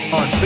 on